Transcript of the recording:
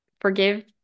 forgive